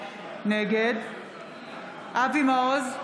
נגד אבי מעוז,